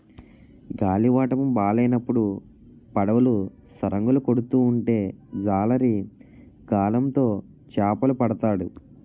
గాలివాటము బాలేనప్పుడు పడవలు సరంగులు కొడుతూ ఉంటే జాలరి గాలం తో చేపలు పడతాడు